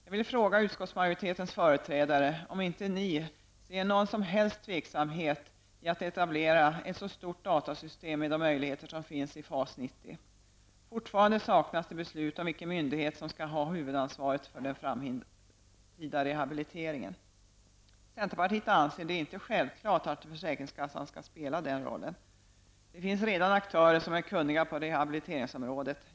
Jag vill fråga utskottsmajoritetens företrädare om ni inte känner någon som helst tveksamhet till att etablera ett så stort datasystem med de möjligheter som finns i FAS90. Fortfarande saknas det beslut om vilken myndighet som skall ha huvudansvaret för den framtida rehabiliteringen. Centerpartiet anser det inte självklart att försäkringskassan skall spela den rollen. Det finns redan aktörer som är kunniga på rehabiliteringsområdet.